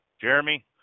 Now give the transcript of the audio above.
Jeremy